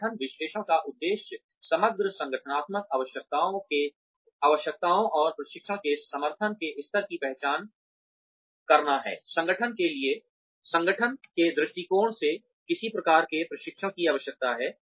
संगठन विश्लेषण का उद्देश्य समग्र संगठनात्मक आवश्यकताओं और प्रशिक्षण के समर्थन के स्तर की पहचान करना है